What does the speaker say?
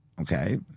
Okay